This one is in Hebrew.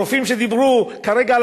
הרופאים שדיברו כרגע על